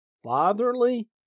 Fatherly